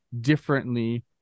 differently